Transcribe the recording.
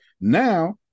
Now